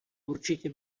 určitě